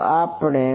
તો આપણે